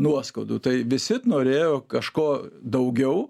nuoskaudų tai visi norėjo kažko daugiau